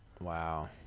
Wow